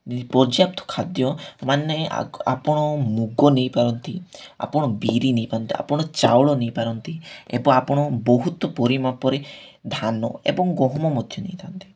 ପର୍ଯ୍ୟାପ୍ତ ଖାଦ୍ୟ ମାନେ ଆପଣ ମୁଗ ନେଇପାରନ୍ତି ଆପଣ ବିରି ନେଇପାରନ୍ତି ଆପଣ ଚାଉଳ ନେଇପାରନ୍ତି ଏବଂ ଆପଣ ବହୁତ ପରିମାପରେ ଧାନ ଏବଂ ଗହମ ମଧ୍ୟ ନେଇଥାନ୍ତି